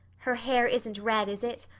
her hair isn't red, is it?